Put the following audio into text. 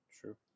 true